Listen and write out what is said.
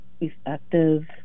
effective